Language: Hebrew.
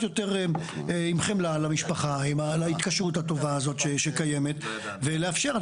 יותר חמלה למשפחה על ההתקשרות הטובה הזאת שקיימת ולאפשר.